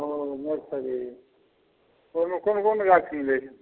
ओ nursery ओहिमे कोन कोन गाछ रहै छै